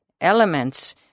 elements